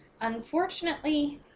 Unfortunately